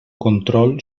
control